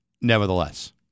Nevertheless